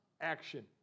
action